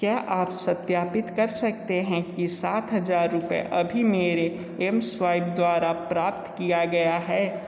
क्या आप सत्यापित कर सकते है कि सात हजार रुपये अभी मेरे एम स्वाइप द्वारा प्राप्त किया गया है